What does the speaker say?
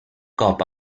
cop